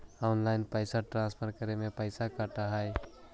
Online पैसा transfer करे में पैसा कटा है?